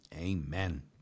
amen